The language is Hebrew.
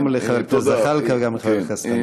גם לחבר הכנסת זחאלקה וגם לחבר הכנסת חנין.